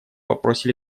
вопросе